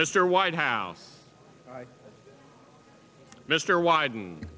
mr white house mr widen